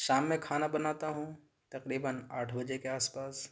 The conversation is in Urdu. شام میں کھانا بناتا ہوں تقریباً آٹھ بجے کے آس پاس